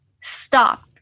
Stop